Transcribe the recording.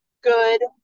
good